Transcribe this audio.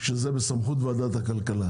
שזה בסמכות ועדת הכלכלה.